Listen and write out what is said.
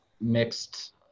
mixed